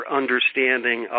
understanding